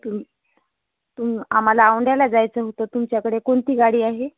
तुम तुम आम्हाला औंध्याला जायचं होतं तुमच्याकडे कोणती गाडी आहे